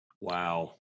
Wow